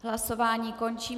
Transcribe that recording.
Hlasování končím.